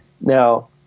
now